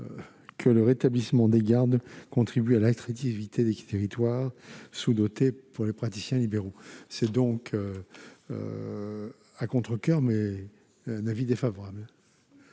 que le rétablissement des gardes contribue à l'attractivité des territoires sous-dotés en praticiens libéraux. J'émets donc, à contrecoeur, un avis défavorable.